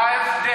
זה ההבדל.